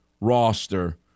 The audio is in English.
roster